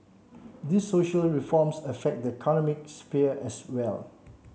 these social reforms affect the economic sphere as well